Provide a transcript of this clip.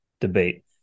debate